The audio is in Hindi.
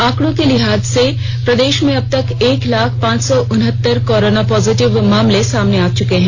आंकड़ों के लिहाज से प्रदेश में अबतक एक लाख पांच सौ उनहतर कोरोना पॉजिटिव मामले सामने आ चुके हैं